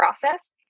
process